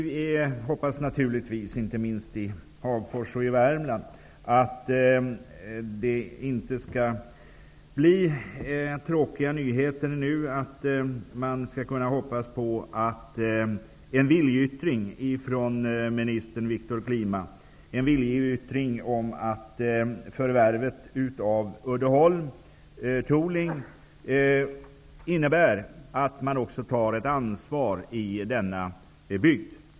Vi hoppas naturligtvis i Värmland och inte minst i Hagfors att vi nu inte skall få tråkiga nyheter, utan hoppas på en viljeyttring från minister Viktor Klima att förvärvet av Uddeholm Tooling innebär att man också tar ett ansvar i denna bygd.